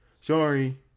sorry